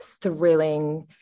thrilling